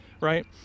right